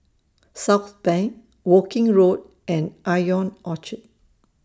Southbank Woking Road and Ion Orchard